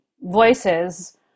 voices